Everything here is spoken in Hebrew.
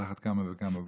על אחת כמה וכמה בממלכתי.